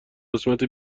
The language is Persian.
قسمت